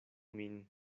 min